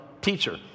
teacher